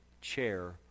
chair